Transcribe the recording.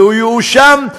והוא יואשם,